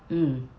mm